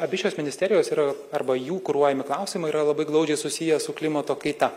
abi šios ministerijos yra arba jų kuruojami klausimai yra labai glaudžiai susiję su klimato kaita